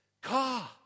car